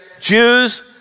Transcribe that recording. Jews